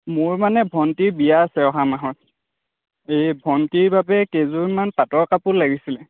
মোৰ মানে ভণ্টিৰ বিয়া আছে অহা মাহত এই ভণ্টিৰ বাবে কেইযোৰমান পাটৰ কাপোৰ লাগিছিলে